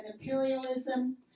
imperialism